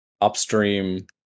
upstream